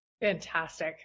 Fantastic